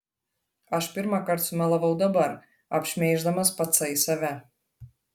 aš pirmąkart sumelavau dabar apšmeiždamas patsai save